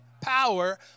power